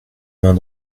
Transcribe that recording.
mains